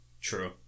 True